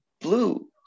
Blue